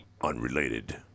Unrelated